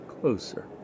Closer